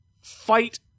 fight